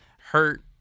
Hurt